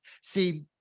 See